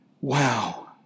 Wow